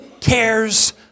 cares